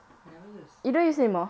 I never use